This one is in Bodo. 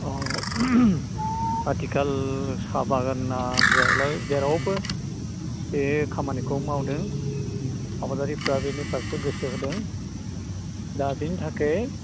अह आथिखाल साहा बागाना जेरावब्लाबो जेरावबो बे खामानिखौ मावदों आबादारिफ्रा बेनि फारसे गोसो होदों दा बेनि थाखाय